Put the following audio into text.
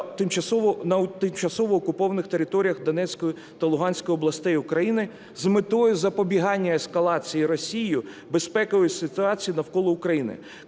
на тимчасово окупованих територіях Донецької та Луганської областей України з метою запобігання ескалації Росією безпекової ситуації навколо України.